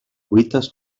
cuites